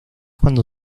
cuando